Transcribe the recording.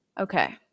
okay